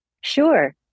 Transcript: Sure